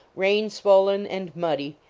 rain-swollen and muddy,